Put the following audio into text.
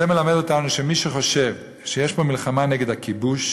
זה מלמד אותנו שמי שחושב שיש פה מלחמה נגד הכיבוש,